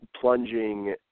plunging